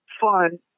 fun